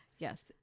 yes